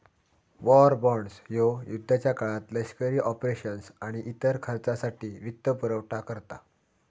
war bonds ह्यो युद्धाच्या काळात लष्करी ऑपरेशन्स आणि इतर खर्चासाठी वित्तपुरवठा करता